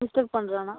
mistake பண்ணுறானா